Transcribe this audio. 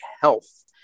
health